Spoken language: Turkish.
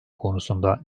konusunda